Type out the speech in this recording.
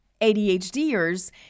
ADHDers